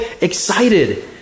excited